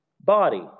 body